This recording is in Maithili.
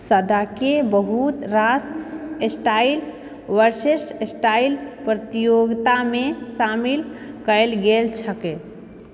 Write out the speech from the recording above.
सादाके बहुत रास स्टाइल वर्सेस स्टाइल प्रतियोगितामे शामिल कएल गेल छैक